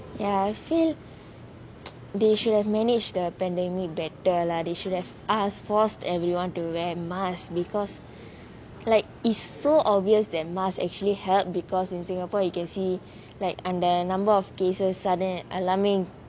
ya I feel they should have manage the pandemic better lah they should have asked forced everyone to wear mask because like is so obvious that mask actually help because in singapore you can see like and the number of cases sudden alarming